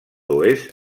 oest